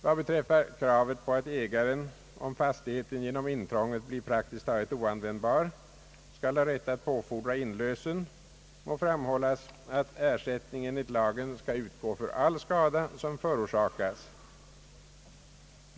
Vad beträffar kravet på att ägaren, om fastigheten genom intrånget blir praktiskt taget oanvändbar, bör ha rätt att påfordra inlösen vill jag framhålla, att ersättning enligt lagen skall utgå för all skada som förorsakats.